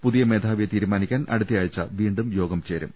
പുതിയ മേധാവിയെ തീരുമാനിക്കാൻ അടുത്തയാഴ്ച്ച വീണ്ടും യോഗം ചേരും